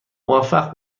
موفق